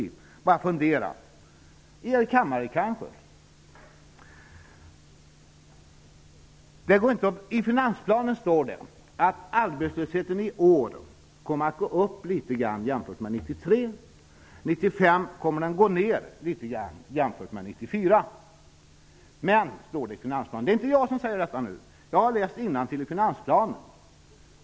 Ni behöver bara fundera över det, kanske på er kammare. I finansplanen står det att arbetslösheten i år kommer att gå upp litet grand jämfört med 1993. 1995 kommer arbetslösheten att gå ner litet grand jämfört med 1994. Jag har alltså läst finansplanen.